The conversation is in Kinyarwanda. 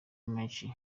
menshi